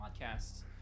podcasts